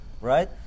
right